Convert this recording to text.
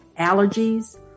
allergies